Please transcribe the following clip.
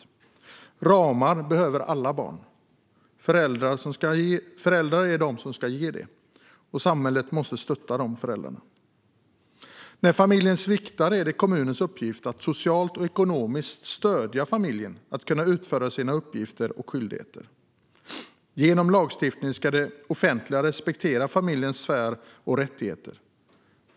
Alla barn behöver ramar, och det är föräldrarna som ska ge dem. Samhället måste stötta de föräldrarna. När familjen sviktar är det kommunens uppgift att socialt och ekonomiskt stödja familjen i att kunna utföra sina uppgifter och skyldigheter. Genom lagstiftning ska det offentliga respektera familjens sfär och rättigheter.